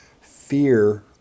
fear